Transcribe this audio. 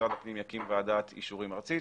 שמשרד הפנים יקים ועדת אישורים ארצית,